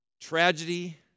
tragedy